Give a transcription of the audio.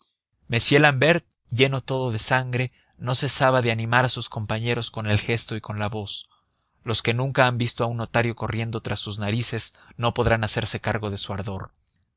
hombres m l'ambert lleno todo de sangre no cesaba de animar a sus compañeros con el gesto y con la voz los que nunca han visto a un notario corriendo tras sus narices no podrán hacerse cargo de su ardor